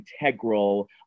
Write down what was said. integral